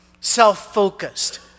self-focused